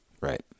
Right